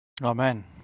Amen